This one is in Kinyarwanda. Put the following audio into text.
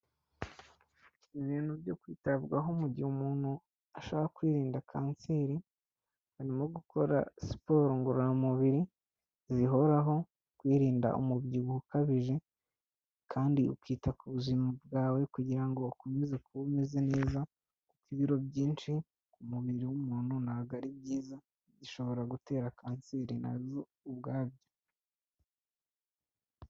Ibintu byo kwitabwaho mu gihe umuntu ashaka kwirinda kanseri; harimo gukora siporo ngororamubiri zihoraho, kwirinda umubyibuho ukabije, kandi ukita ku buzima bwawe kugira ngo ukomeze kuba umeze neza k kuko ibiro byinshi ku mubiri w'umuntu ntabwogo ari byiza bishobora gutera kanseri na zo ubwabyo.